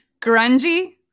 grungy